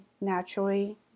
naturally